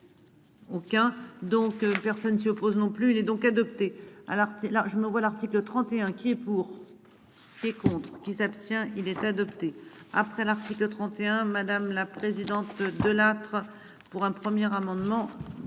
Aucun. Donc personne ne s'y oppose non plus. Il est donc adopté alors là je me vois l'article 31 qui est pour. Et contre qui s'abstient il est adopté après l'article 31. Madame la présidente Delattre. Pour un premier amendement.